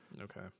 okay